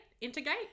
integrate